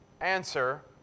answer